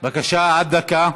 בבקשה, עד דקה.